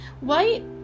white